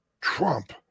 Trump